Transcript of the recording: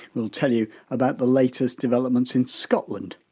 we'll tell you about the latest development in scotland.